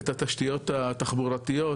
את התשתיות התחבורתיות,